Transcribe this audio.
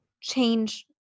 change